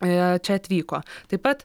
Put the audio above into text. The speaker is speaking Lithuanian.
čia atvyko taip pat